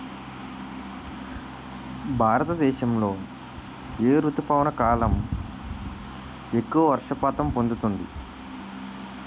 భారతదేశంలో ఏ రుతుపవన కాలం ఎక్కువ వర్షపాతం పొందుతుంది?